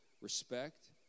respect